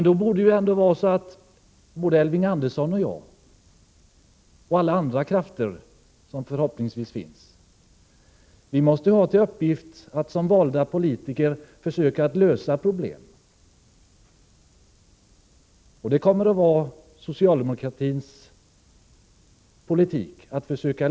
Som valda politiker måste Elving Andersson och jag — och alla andra krafter som förhoppningsvis finns — då ha till uppgift att försöka lösa problem. Det kommer också att vara socialdemokratins politik.